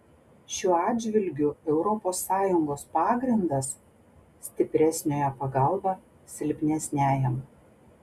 šiuo atžvilgiu europos sąjungos pagrindas stipresniojo pagalba silpnesniajam